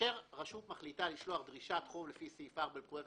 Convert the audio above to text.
כאשר רשות מקומית מחליטה לשלוח דרישת חוב לפי סעיף 4 לפקודת